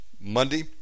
Monday